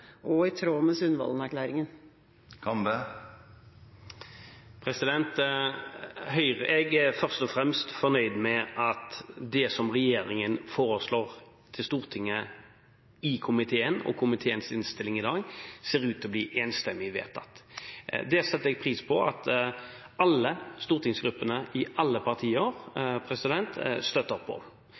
og i tråd med Sundvolden-erklæringen? Jeg er først og fremst fornøyd med det som regjeringen foreslo for Stortinget, og at komiteens innstilling i dag ser ut til å bli enstemmig vedtatt. Jeg setter pris på at stortingsgruppene i alle partier støtter